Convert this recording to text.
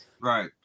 Right